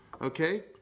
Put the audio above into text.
Okay